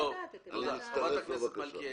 אני מבקשת לדעת את עמדת מרכז השלטון המקומי.